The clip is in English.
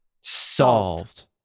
Solved